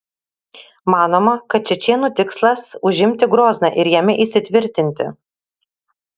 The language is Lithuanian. manoma kad čečėnų tikslas užimti grozną ir jame įsitvirtinti